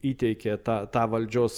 įteikė tą tą valdžios